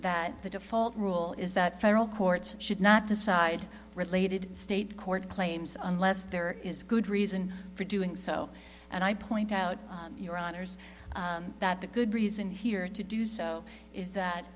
that the default rule is that federal courts should not decide related state court claims unless there is good reason for doing so and i point out your honour's that the good reason here to do so is that